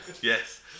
yes